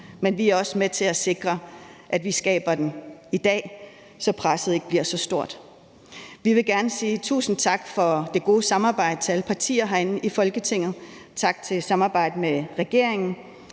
men vi er også med til at sikre, at vi skaber den i dag, så presset ikke bliver så stort. Vi vil gerne sige tusind tak for det gode samarbejde til alle partier herinde i Folketinget, og tak for samarbejdet med regeringen.